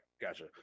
gotcha